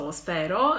spero